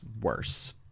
worse